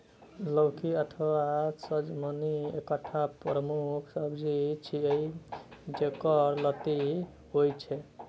लौकी अथवा सजमनि एकटा प्रमुख सब्जी छियै, जेकर लत्ती होइ छै